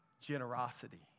Generosity